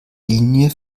linie